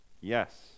Yes